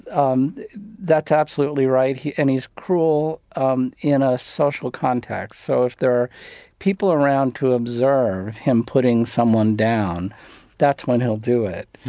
um that's absolutely right. and he's cruel um in a social context. so if there are people around to observe him putting someone down that's when he'll do it.